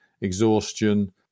exhaustion